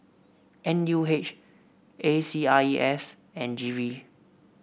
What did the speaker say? N U H A C R E S and G V